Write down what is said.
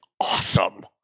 awesome